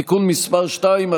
(תיקון מס' 2),